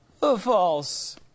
false